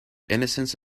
innocence